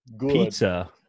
pizza